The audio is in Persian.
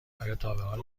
تابحال